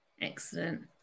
Excellent